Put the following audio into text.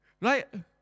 Right